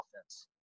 offense